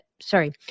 sorry